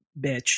bitch